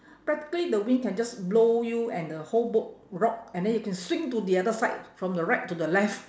practically the wind can just blow you and the whole boat rock and then you can swing to the other side from the right to the left